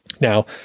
Now